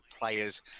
players